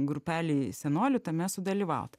grupelei senolių tame sudalyvaut